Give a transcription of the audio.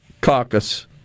caucus